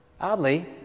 Oddly